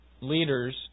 leaders